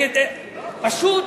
פשוט,